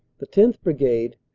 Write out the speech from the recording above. the tenth. brigade,